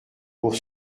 pour